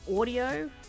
audio